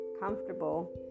comfortable